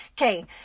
Okay